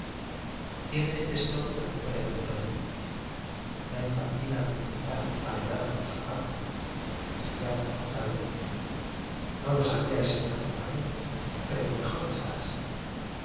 tiene esto perfume de cuento de niños una infantina medioeval emparedada por su padre sería por amor tal vez no lo sabía el señor acompañante pero mejor está así